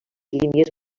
línies